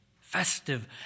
festive